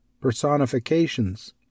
personifications